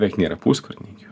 beveik nėra puskarininkių